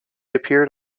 appeared